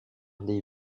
des